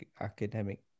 academic